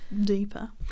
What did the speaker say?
deeper